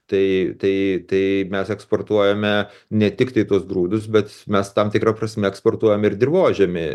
tai tai tai mes eksportuojame ne tiktai tuos grūdus bet mes tam tikra prasme eksportuojam ir dirvožemį